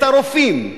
את הרופאים,